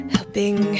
Helping